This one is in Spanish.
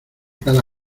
cada